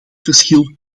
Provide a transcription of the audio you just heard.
verschil